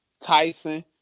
Tyson